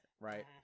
right